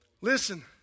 Listen